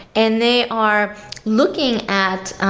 and they are looking at